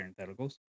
Parentheticals